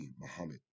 Muhammad